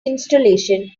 installation